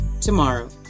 tomorrow